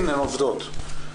תש"ף.